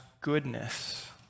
goodness